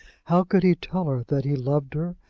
how could he tell her that he loved her,